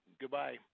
goodbye